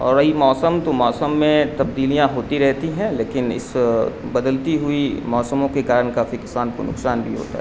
اور رہی موسم تو موسم میں تبدیلیاں ہوتی رہتی ہیں لیکن اس بدلتی ہوئی موسموں کے کارن کافی کسان کو نقصان بھی ہوتا ہے